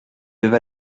leva